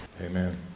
Amen